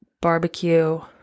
barbecue